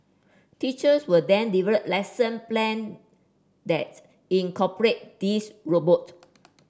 teachers will then develop lesson plan that incorporate these robots